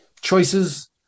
choices